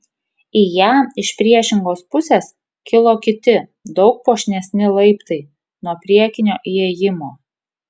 į ją iš priešingos pusės kilo kiti daug puošnesni laiptai nuo priekinio įėjimo